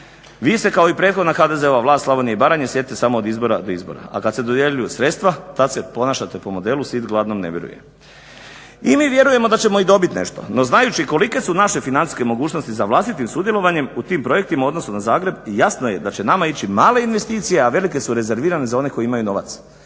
Vi ste kao i prethodna HDZ-ova vlast Slavonije i Baranje sjetite samo od izbora do izbora. A kad se dodjeljuju sredstva tad se ponašate po modelu sit gladnom ne vjeruje. I mi vjerujemo da ćemo i dobiti nešto, no znajući kolike su naše financijske mogućnosti za vlastitim sudjelovanjem u tim projektima u odnosu na Zagreb i jasno je da će nama ići male investicije, a velike su rezervirane za one koji imaju novac.